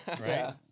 Right